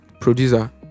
producer